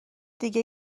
دیگه